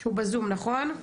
שהוא ב־zoom, נכון?